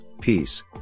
peace